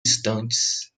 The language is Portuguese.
instantes